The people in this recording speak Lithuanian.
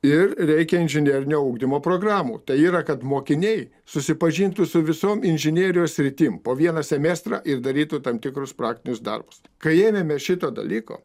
ir reikia inžinerinio ugdymo programų tai yra kad mokiniai susipažintų su visom inžinerijos sritim po vieną semestrą ir darytų tam tikrus praktinius darbus kai ėmėmės šito dalyko